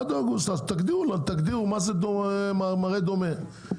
אז עד אוגוסט תגדירו מה זה מראה דומה.